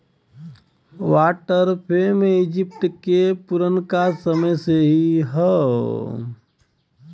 water frame Egypt के पुरनका समय से ही हौ